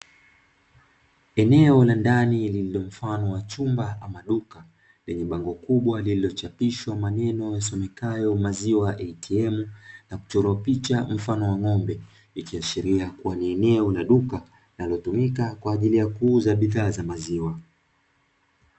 Eneo la ndani lililo mfano wa chumba ama duka lenye bango kubwa lililochapishwa maneno yasomekayo maziwa "ATM"na kuchorwa picha mfano wa ng'ombe, ikiashiria kuwa ni eneo la duka linalotumika kwa ajili ya kuuza bidhaa za maziwa.